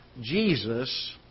Jesus